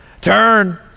turn